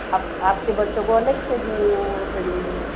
अब आपके बच्चों को अलग से ट्रेनिन्ग देंगे